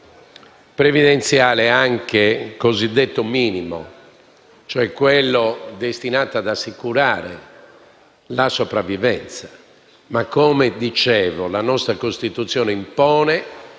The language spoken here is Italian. previdenziale cosiddetto minimo, cioè quello destinato ad assicurare la sopravvivenza ma, come ho detto, la nostra Costituzione impone